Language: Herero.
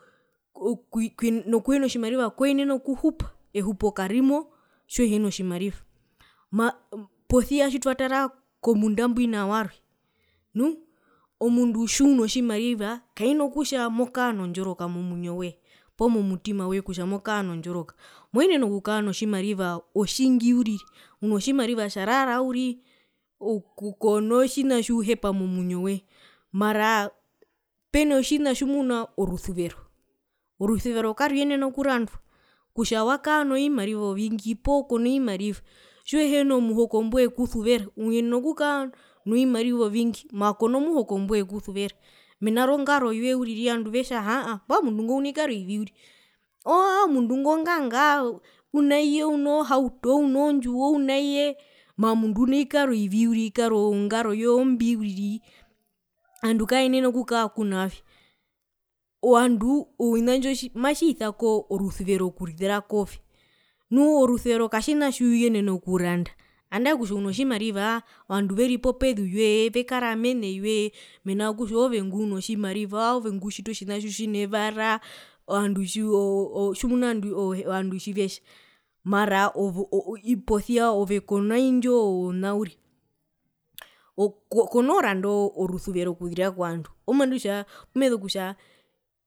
Oookkk nokuhina tjimariva kwenene okuhupa ehupo karimo tjiuhena tjimariva posia tjitwatara komunda mbwina owarwe nu omundu tjiuno tjimariva kaina kutja mokaa nondjoroka momwinyo woye poo momutima woye kutja mokaa nondjoroka moenene okukaa otjingi uriri uno tjimariva tjarara uriri oo ok kono tjin tjiuhepa momwinyo woye mara peno tjina tjimuna orusuvero, orusuvero karuyenene okurandwa kutja wakaa notjimariva otjingi poo kono vimariva tjiuhena muhoko mbwekusuvera uyenena okukaa novimariva ovingi maa kona muhuko mbwekusuvera ovandu vetjavi aahaa mbwae omundu ngo unovikaro vivi uri aaa omundu ngo ongngaa unaiye uno hautooo unondjiwo unaiye maa omundu uno vikaro vivi uriri ovikaro ongaroye ombi uriri ovandu kavenene okukara kunaove ovandu otjina tjo matji matjisako rusuvero kuza kove nuu orusuvero katjina tjiuyenena okuranda andae kutja uno tjimarivaa ovandu veri popezu yoyee vekara popezu yoye mena rokutja oove nguno tjimariva oove ngutjita otjina tjitjinevara ovandu tjivee ovandu tjivetja mara oo oo posia kona indjo oona kono randa orusuvero okuzira kovandu omena rokutja pumezu kutja